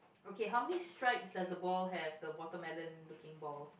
okay how many stripes does the ball have the water melon looking ball